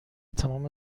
تمام